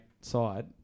side